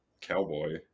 cowboy